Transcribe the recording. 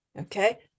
Okay